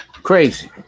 Crazy